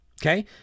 Okay